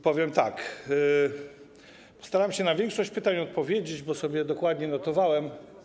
Powiem tak: postaram się na większość pytań odpowiedzieć, bo sobie dokładnie notowałem.